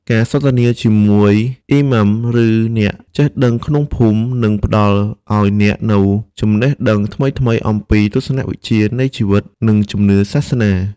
ការសន្ទនាជាមួយ អ៊ីម៉ាំ ឬអ្នកចេះដឹងក្នុងភូមិ នឹងផ្តល់ឱ្យអ្នកនូវចំណេះដឹងថ្មីៗអំពីទស្សនវិជ្ជានៃជីវិត និងជំនឿសាសនា។